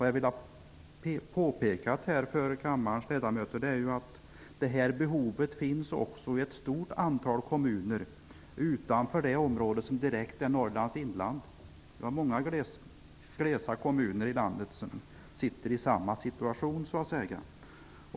Jag vill påpeka för kammarens ledamöter att det här behovet finns också i ett stort antal kommuner utanför det område som direkt är Norrlands inland. Vi har många glesa kommuner i landet som befinner sig i samma situation.